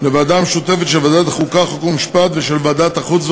הודעה ליושב-ראש ועדת הכנסת חבר הכנסת דוד ביטן.